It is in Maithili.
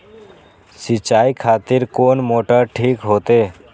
सीचाई खातिर कोन मोटर ठीक होते?